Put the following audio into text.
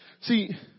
See